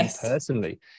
personally